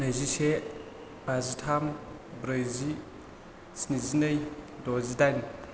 नैजिसे बाजिथाम ब्रैजि स्निजिनै द'जिदाइन